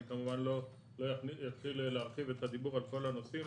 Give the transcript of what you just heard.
אני כמובן לא אתחיל להרחיב את הדיבור על כל הנושאים,